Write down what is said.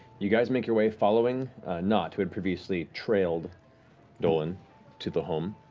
you guys make your way, following nott, who had previously trailed dolan to the home,